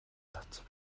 татсан